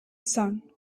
sun